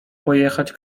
pojechać